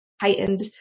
heightened